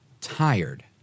tired